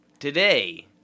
Today